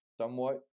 somewhat